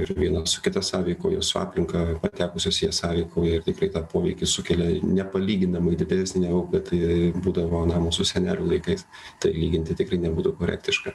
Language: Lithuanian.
ir viena su kita sąveikauja su aplinka patekusios jie sąveikauja ir tikrai tą poveikį sukelia nepalyginamai didesnį o tai būdavo na mūsų senelių laikais tai lyginti tikrai nebūtų korektiška